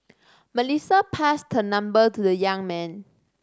Melissa passed her number to the young man